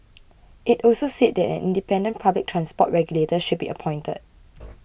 it also said that an independent public transport regulator should be appointed